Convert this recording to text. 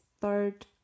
third